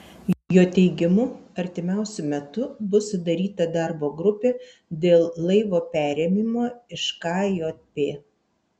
jo teigimu artimiausiu metu bus sudaryta darbo grupė dėl laivo perėmimo iš kjp